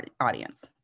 audience